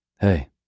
Hey